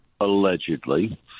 allegedly